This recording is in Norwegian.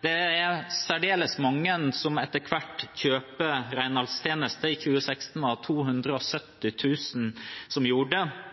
Det er særdeles mange som etter hvert kjøper renholdstjenester. I 2016 var det 270 000 som gjorde det.